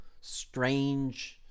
strange